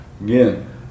Again